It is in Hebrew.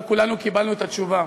וכולנו קיבלנו את התשובה.